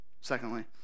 secondly